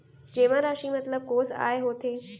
जेमा राशि मतलब कोस आय होथे?